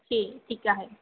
ठीक ठीक आहे